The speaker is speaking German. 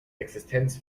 existenz